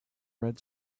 red